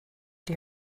die